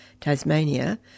Tasmania